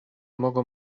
mogą